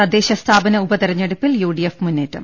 തദ്ദേശ സ്ഥാപന ഉപതെരഞ്ഞെടുപ്പിൽ യു ഡി എഫ് മുന്നേ റ്റം